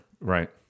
Right